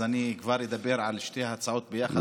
אז אני כבר אדבר על שתי ההצעות ביחד,